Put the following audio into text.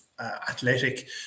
athletic